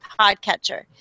podcatcher